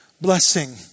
blessing